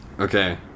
Okay